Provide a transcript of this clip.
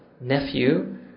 nephew